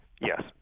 Yes